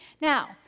Now